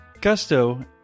Gusto